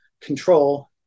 control